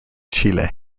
chile